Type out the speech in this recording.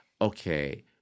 okay